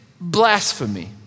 blasphemy